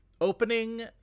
opening